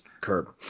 Curb